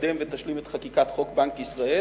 תקדם ותשלים את חקיקת חוק בנק ישראל,